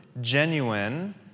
genuine